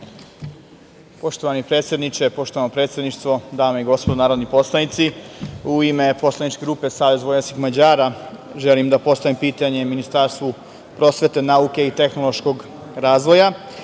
Poštovani predsedniče, poštovano predsedništvo, dame i gospodo narodni poslanici, u ime Poslaničke grupe Savez Vojvođanskih Mađara želim da postavim pitanje Ministarstvu prosvete, nauke i tehnološkog razvoja,